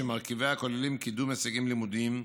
שמרכיביה כוללים קידום הישגים לימודיים,